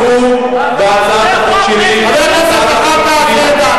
חבר הכנסת זחאלקה.